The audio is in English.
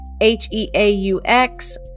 H-E-A-U-X